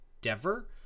Dever